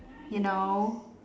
you know